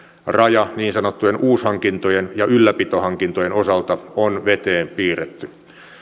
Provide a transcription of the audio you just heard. raja niin sanottujen uushankintojen ja ylläpitohankintojen osalta on veteen piirretty